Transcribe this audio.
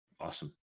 Awesome